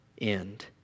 end